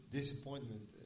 disappointment